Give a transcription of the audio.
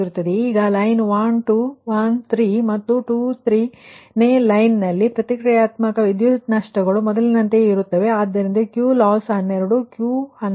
ಈಗ ಲೈನ್ 1 2 1 3 ಮತ್ತು 2 3 ನೇ ಲೈನ್ ನಲ್ಲಿ ಪ್ರತಿಕ್ರಿಯಾತ್ಮಕ ವಿದ್ಯುತ್ ನಷ್ಟಗಳು ಮೊದಲಿನಂತೆಯೇ ಇರುತ್ತವೆ ಆದ್ದರಿಂದ QLOSS 12 Q12 Q21